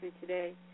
today